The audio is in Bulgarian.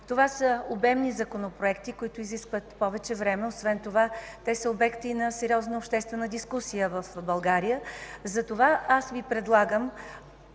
Това са обемни законопроекти, които изискват повече време. Освен това те са обекти на сериозна обществена дискусия в България. Затова аз Ви предлагам